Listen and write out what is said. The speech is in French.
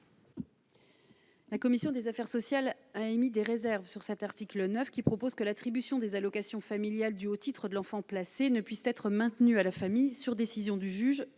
La commission des affaires sociales a émis des réserves sur cet article 9 qui propose que l'attribution des allocations familiales dues au titre de l'enfant placés ne puisse être maintenu à la famille, sur décision du juge